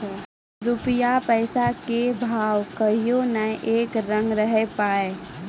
रूपया पैसा के भाव कहियो नै एक रंग रहै पारै